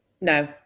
No